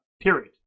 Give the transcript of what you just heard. Period